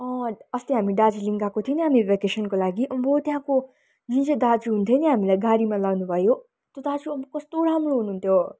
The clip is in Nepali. अँ अस्ति हामी दार्जिलिङ गएको थियो नि भ्याकेसनको लागि आम्बो त्यहाँको जुन चाहिँ दाजु हुनुहुन्थ्यो नि हामीलाई गाडीमा लानुभयो त्यो दाजु कस्तो राम्रो हुनु हुन्थ्यो